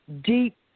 deep